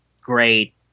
great